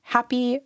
Happy